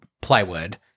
plywood